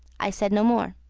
i said no more.